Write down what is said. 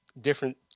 different